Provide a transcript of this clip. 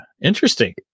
interesting